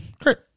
Great